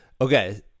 okay